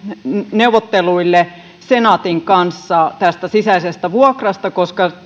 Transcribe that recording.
neuvotteluille senaatin kanssa sisäisestä vuokrasta koska